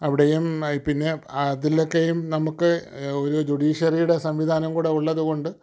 അവിടെയും പിന്നെ അതിലൊക്കെയും നമുക്ക് രു ജുഡീഷ്യറിയുടെ സംവിധാനം കൂടെ ഉള്ളതുകൊണ്ട്